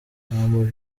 humble